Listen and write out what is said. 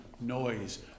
Noise